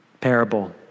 parable